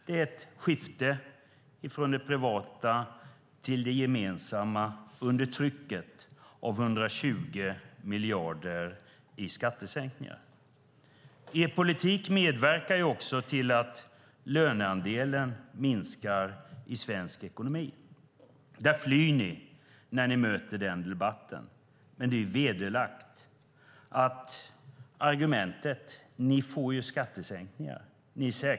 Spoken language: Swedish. Det är ett skifte från det gemensamma till det privata under trycket av 120 miljarder i skattesänkningar. Er politik medverkar också till att löneandelen minskar i svensk ekonomi. Ni flyr när ni möter den debatten, men det är vederlagt att argumentet är: Ni får ju skattesänkningar.